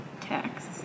tax